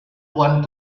want